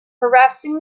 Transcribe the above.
harassing